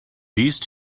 these